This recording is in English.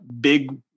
big